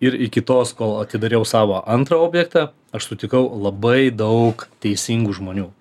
ir iki tos kol atidariau savo antrą objektą aš sutikau labai daug teisingų žmonių